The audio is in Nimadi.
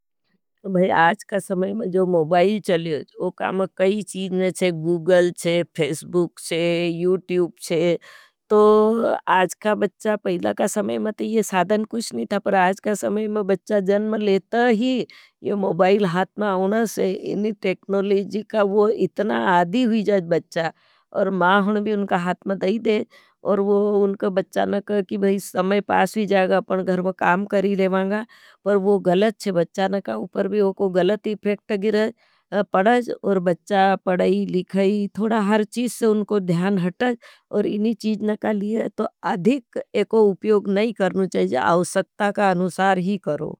भाई आज का समय में जो मोबाईल चले जो काम कई चीज़ नहीं है। गूगल है, फेस्बुक है, यूट्यूब है तो आज का बच्चा पहला का समय में तो ये साधन कुछ नहीं था। पर आज का समय में बच्चा जन्म लेता ही ये मोबाईल हात मा आउना से इनी टेकनोलेजी का वो इतना आदी हुई जाएज। बच्चा और मा होने भी उनका हात में दाई देज और उनका बच्चा नहीं कहा कि समय पास हुई जाएगा। अपना घरम काम करी लेवांगा पर वो गलत है बच्चा नहीं कहा। उपर भी उनको गलत इफेक्ट गिरें पढ़ाज और बच्चा पढ़ाई, लिखाई, थोड़ा हर चीज से उनको ध्यान हटाज। और इनी चीज नकली है, तो अधिक एको उपयोग नहीं करनो चाहिए, आउसकता का अनुसार ही करो।